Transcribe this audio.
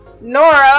Nora